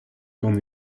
gant